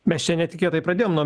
mes čia netikėtai pradėjom nuo